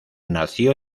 nació